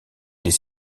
des